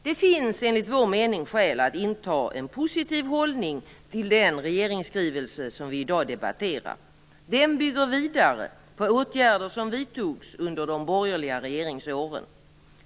Det finns enligt vår mening skäl att inta en positiv hållning till den regeringsskrivelse som vi i dag debatterar. Den bygger vidare på åtgärder som vidtogs under de borgerliga regeringsåren.